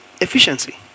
Efficiency